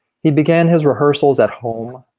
he began his rehearsesals at home.